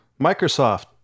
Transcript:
Microsoft